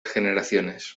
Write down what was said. generaciones